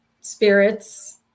spirits